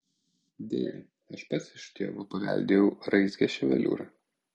deja aš pats iš tėvo paveldėjau raizgią ševeliūrą